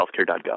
healthcare.gov